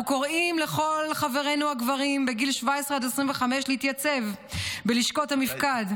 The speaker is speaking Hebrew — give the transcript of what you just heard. אנחנו קוראים לכל חברינו הגברים בגיל 17 עד 25 להתייצב בלשכות המפקד".